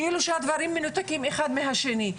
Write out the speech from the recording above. כאילו שהדברים מנותקים אחד מהשני.